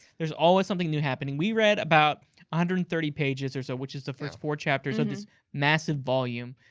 there's always something new happening. we read about, one um hundred and thirty pages or so, which is the first four chapters of this massive volume,